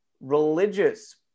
religious